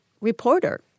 reporter